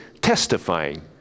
testifying